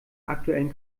aktuellen